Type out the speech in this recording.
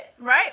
right